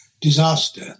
disaster